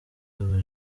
w’ingabo